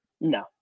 No